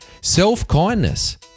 Self-kindness